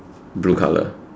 blue color